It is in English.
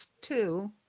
two